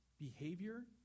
behavior